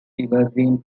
evergreen